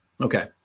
Okay